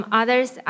others